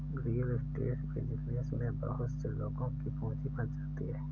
real estate business में बहुत से लोगों की पूंजी फंस जाती है